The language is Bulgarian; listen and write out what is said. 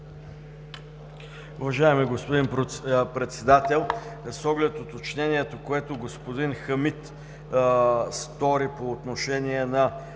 Уважаеми господин Председател, с оглед уточнението, което господин Хамид направи по отношение на